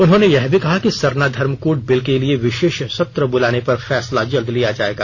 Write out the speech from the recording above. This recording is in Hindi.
उन्होंने यह भी कहा कि सरना धर्म कोड बिल के लिए विशेष सत्र बुलाने पर फैसला जल्द लिया जायेगा